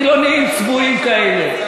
חילונים צבועים כאלה.